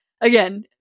Again